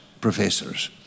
professors